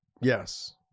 Yes